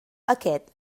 aquest